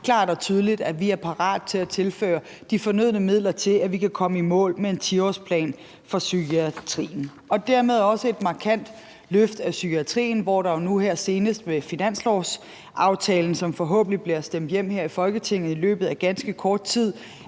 klart og tydeligt, at vi er parat til at tilføre de fornødne midler til, at vi kan komme i mål med en 10-årsplan for psykiatrien. Dermed er der også tale om et markant løft af psykiatrien, hvor vi jo nu her senest med finanslovsaftalen, som forhåbentlig bliver stemt hjem her i Folketinget i løbet af ganske kort tid,